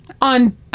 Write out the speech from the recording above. on